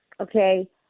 Okay